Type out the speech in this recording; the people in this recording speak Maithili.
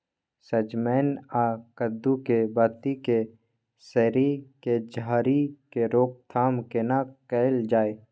सजमैन आ कद्दू के बाती के सईर के झरि के रोकथाम केना कैल जाय?